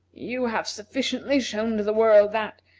you have sufficiently shown to the world that,